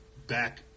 back